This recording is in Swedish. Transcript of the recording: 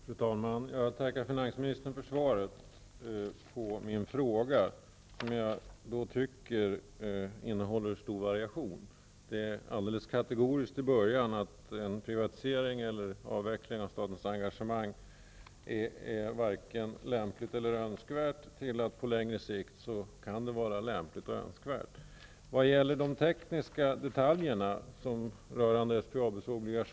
Fru talman! Jag tackar finansministern för svaret på min fråga. Jag tycker att svaret uppvisar stor variation. Det är i början alldeles kategoriskt, att en privatisering eller avveckling av statens engagemang i SBAB är varken lämplig eller önskvärd -- men på längre sikt kan en privatisering vara lämplig och önskvärd.